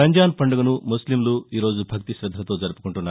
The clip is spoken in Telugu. రంజాన్ పండగను ముస్లింలు ఈరోజు భక్తి గ్రశద్దలతో జరుపు కుంటున్నారు